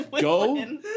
Go